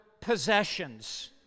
possessions